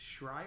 Schreier